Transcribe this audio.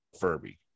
Furby